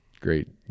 Great